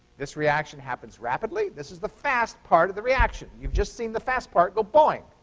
this reaction happens rapidly. this is the fast part of the reaction. you've just seen the fast part go boing.